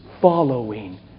following